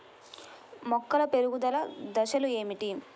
మొక్కల పెరుగుదల దశలు ఏమిటి?